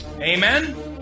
Amen